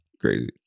crazy